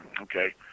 okay